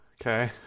Okay